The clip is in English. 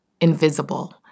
invisible